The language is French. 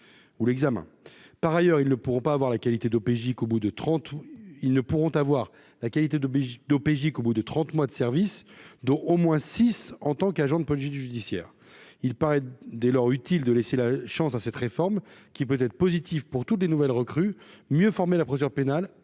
bout de trente où ils ne pourront avoir la qualité de biche d'OPJ qu'au bout de 30 mois de service d'au moins six en tant qu'agent de police judiciaire, il paraît dès lors utile de laisser la chance à cette réforme, qui peut être positif pour toutes les nouvelles recrues mieux former la procédure pénale